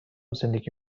زندگی